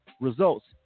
results